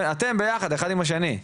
אתם ביחד, אחד עם השני.